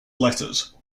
letters